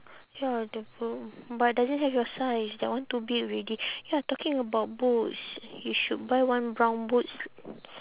ya the boot but doesn't have your size that one too big already ya talking about boots you should buy one brown boots